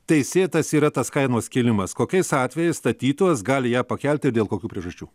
teisėtas yra tas kainos kėlimas kokiais atvejais statytojas gali ją pakelti ir dėl kokių priežasčių